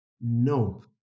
No